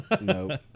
no